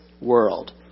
world